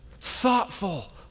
thoughtful